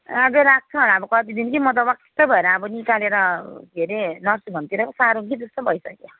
आज राख्छ होला अब कति दिन कि म त वाक्क भएर अब निकालेर के अरे नर्सिङ होमतिर पो सारौँ कि जस्तो भइसक्यो